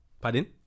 pardon